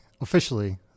officially